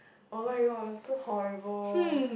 oh-my-god so horrible